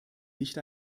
nicht